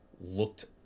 looked